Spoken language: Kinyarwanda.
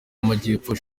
y’amajyepfo